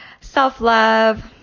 self-love